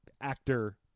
actor